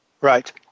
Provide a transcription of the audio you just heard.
Right